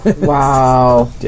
Wow